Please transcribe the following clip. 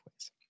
ways